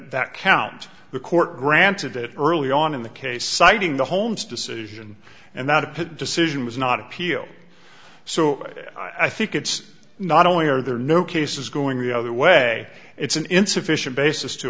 that count the court granted it early on in the case citing the holmes decision and that put decision was not appeal so i think it's not only are there no cases going the other way it's an insufficient basis to